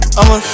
I'ma